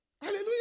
Hallelujah